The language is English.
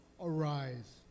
arise